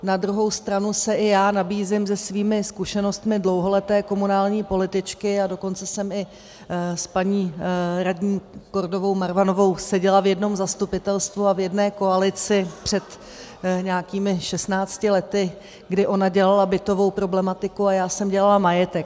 Na druhou stranu se i já nabízím se svými zkušenostmi dlouholeté komunální političky, a dokonce jsem i s paní radní Kordovou Marvanovou seděla v jednom zastupitelstvu a v jedné koalici před nějakými šestnácti lety, kdy ona dělala bytovou problematiku a já jsem dělala majetek.